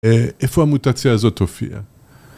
איפה המוטציה הזאת הופיעה?